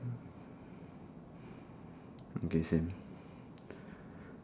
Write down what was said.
okay same